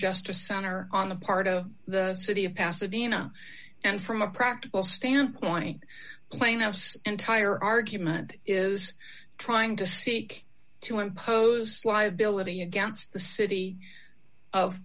justice honor on the part of the city of pasadena and from a practical standpoint plaintiff's entire argument is trying to seek to impose liability against the city of